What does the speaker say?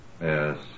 Yes